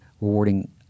rewarding